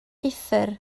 uthr